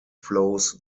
flows